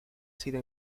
sido